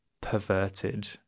perverted